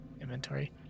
inventory